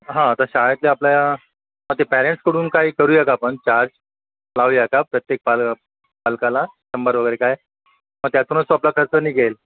हां तर शाळेतल्या आपल्या पॅरेंट्सकडून काही करू या का आपण चार्ज लावू या का प्रत्येक पालं पालकाला शंभर वगैरे काय तर त्यातूनच तो आपला खर्च निघेल